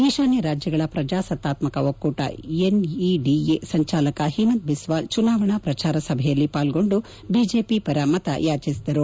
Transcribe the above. ಈಶಾನ್ಯ ರಾಜ್ಯಗಳ ಪ್ರಜಾಸತ್ತಾತ್ಕ ಒಕ್ಕೂಟ ಎನ್ಇಡಿಎ ಸಂಚಾಲಕ ಹಿಮಂತ ಬಿಸ್ನಾಲ್ ಚುನಾವಣಾ ಪ್ರಚಾರ ಸಭೆಯಲ್ಲಿ ಪಾಲ್ಗೊಂಡು ಬಿಜೆಪಿ ಪರ ಮತ ಯಾಟಿಸಿದರು